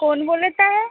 कोण बोलत आहे